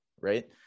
right